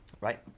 Right